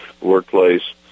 workplace